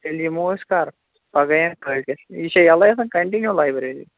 تیٚلہِ یِمو أسۍ کَر پگاہ یا کٲلۍکٮ۪تھ یہِ چھا یَلَے آسان کَنٹِنیٛوٗ لایبریری